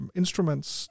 instruments